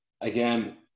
again